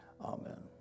Amen